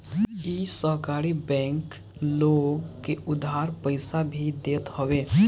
इ सहकारी बैंक लोग के उधार पईसा भी देत हवे